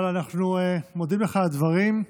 אבל אנחנו מודים לך על הדברים,